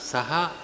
Saha